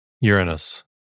Uranus